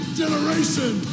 generation